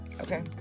Okay